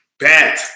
Bet